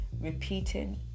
repeating